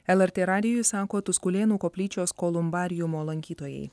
lrt radijui sako tuskulėnų koplyčios kolumbariumo lankytojai